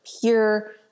pure